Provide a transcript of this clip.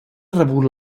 rebut